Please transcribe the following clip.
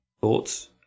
thoughts